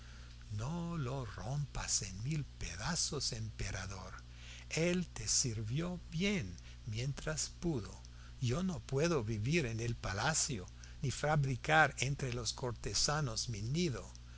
no lo rompas en mil pedazos emperador él te sirvió bien mientras pudo yo no puedo vivir en el palacio ni fabricar entre los cortesanos mi nido